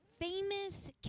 famous